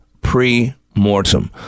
pre-mortem